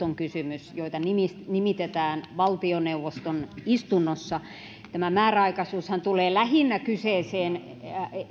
on kysymys joita nimitetään nimitetään valtioneuvoston istunnossa määräaikaisuushan tulee kyseeseen